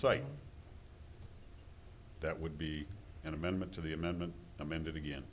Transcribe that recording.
site that would be an amendment to the amendment amended again